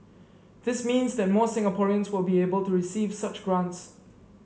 this means that more Singaporeans will be able to receive such grants